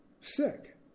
sick